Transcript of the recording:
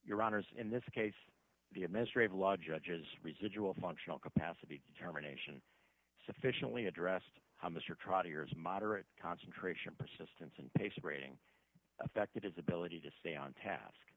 your honors in this case the administrative law judges residual functional capacity determination sufficiently addressed how mr trotter years moderate concentration persistence and pace of rating affected his ability to stay on task